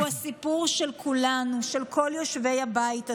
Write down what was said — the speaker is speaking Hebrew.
הוא הסיפור של כולנו, של כל יושבי הבית הזה.